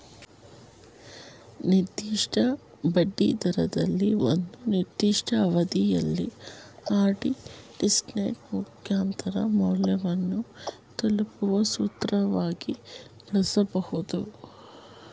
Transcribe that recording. ನಿರ್ದಿಷ್ಟ ಬಡ್ಡಿದರದಲ್ಲಿ ಒಂದು ನಿರ್ದಿಷ್ಟ ಅವಧಿಯಲ್ಲಿ ಆರ್.ಡಿ ಡಿಪಾಸಿಟ್ ಮುಕ್ತಾಯ ಮೌಲ್ಯವನ್ನು ತಲುಪುವ ಸೂತ್ರವಾಗಿ ಬಳಸಬಹುದು